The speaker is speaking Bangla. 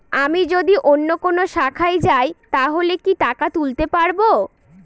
আমি যদি অন্য কোনো শাখায় যাই তাহলে কি টাকা তুলতে পারব?